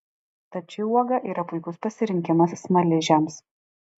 tad ši uoga yra puikus pasirinkimas smaližiams